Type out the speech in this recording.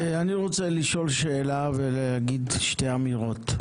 אני רוצה לשאול שאלה ולומר שתי אמירות.